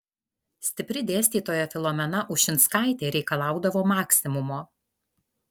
stipri dėstytoja filomena ušinskaitė reikalaudavo maksimumo